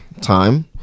time